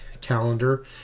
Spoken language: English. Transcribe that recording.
calendar